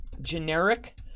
generic